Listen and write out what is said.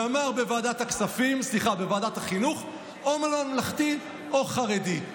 ואמר בוועדת החינוך: או ממלכתי או חרדי,